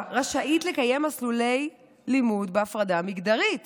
רשאית לקיים מסלולי לימוד בהפרדה מגדרית